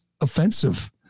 offensive